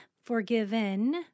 forgiven